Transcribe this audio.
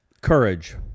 courage